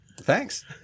thanks